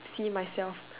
see myself